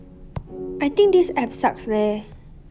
I think this app sucks leh